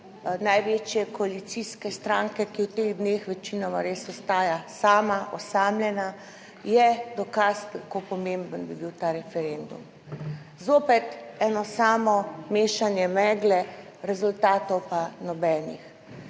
največje koalicijske stranke, ki v teh dneh večinoma res ostaja sama osamljena, je dokaz, kako pomemben bi bil ta referendum. Zopet eno samo mešanje megle, rezultatov pa nobenih.